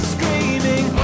Screaming